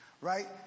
Right